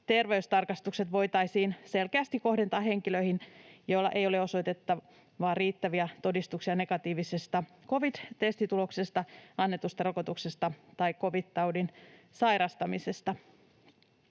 terveystarkastukset voitaisiin selkeästi kohdentaa henkilöihin, joilla ei ole osoittaa riittäviä todistuksia negatiivisesta covid-testituloksesta, annetusta rokotuksesta tai covid-taudin sairastamisesta.